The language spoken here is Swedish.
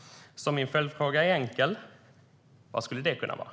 Min följdfråga är alltså enkel: Vad skulle det kunna vara?